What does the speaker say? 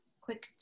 quick